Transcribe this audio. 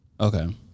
Okay